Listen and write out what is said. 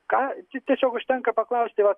ką tiesiog užtenka paklausti vat